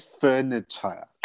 Furniture